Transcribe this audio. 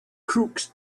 crooks